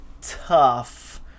tough